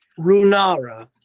Runara